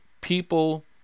people